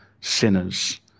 sinners